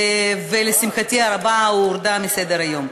ולשמחתי הרבה הורדה מסדר-היום.